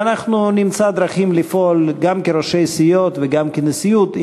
ואנחנו נמצא דרכים לפעול גם כראשי סיעות וגם כנשיאות,